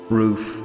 roof